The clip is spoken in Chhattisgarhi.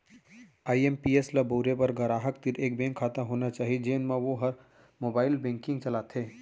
आई.एम.पी.एस ल बउरे बर गराहक तीर एक बेंक खाता होना चाही जेन म वो ह मोबाइल बेंकिंग चलाथे